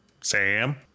Sam